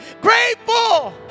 grateful